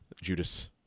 Judas